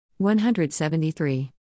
173